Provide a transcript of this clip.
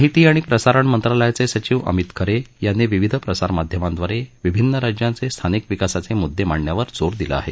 माहिती आणि प्रसारण मंत्रालयाचे सचिव अमित खरे यांनी विविध प्रसार माध्यमाद्वारे विभिन्न राज्यांचे स्थानिक विकासाचे मुद्दे मांडण्यावर जोर दिला आहे